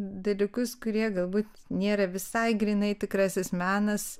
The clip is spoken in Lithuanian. dalykus kurie galbūt nėra visai grynai tikrasis menas